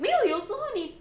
没有有时候你